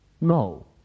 No